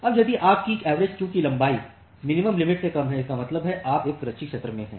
अब यदि आपकी एवरेज क्यू की लंबाई मिनिमम लिमिट से कम है इसका मतलब है आप एक सुरक्षित क्षेत्र में हैं